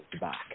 back